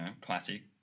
classic